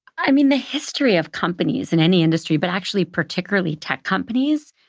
i mean the history of companies in any industry, but actually particularly tech companies,